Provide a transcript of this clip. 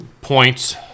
Points